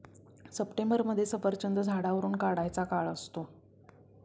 सप्टेंबरमध्ये सफरचंद झाडावरुन काढायचा काळ असतो